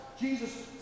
Jesus